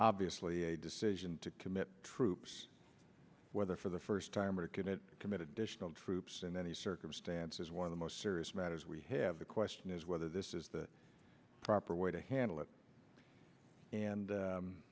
obviously a decision to commit troops whether for the first time or can it committed additional troops in any circumstance is one of the most serious matters we have the question is whether this is the proper way to handle it and